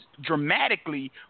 dramatically